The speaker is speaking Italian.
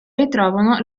ritrovano